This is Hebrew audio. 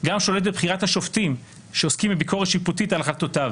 גם שולט בבחירת השופטים שעוסקים בביקורת שיפוטית על החלטותיו,